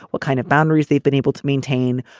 what kind of boundaries they've been able to maintain.